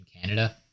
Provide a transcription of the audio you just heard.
Canada